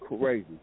crazy